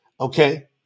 Okay